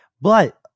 But-